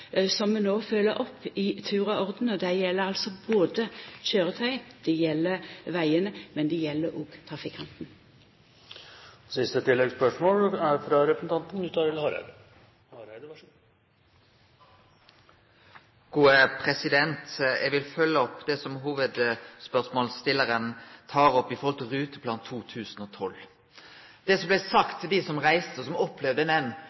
som vi no følgjer opp i tur og orden. Det gjeld både køyretøy og vegane, men det gjeld òg trafikantane. Knut Arild Hareide – til siste oppfølgingsspørsmål. Eg vil følgje opp det som hovudspørsmålsstillaren tek opp om Ruteplan 2012. Det som blei sagt til dei som reiste, dei som opplevde